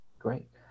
great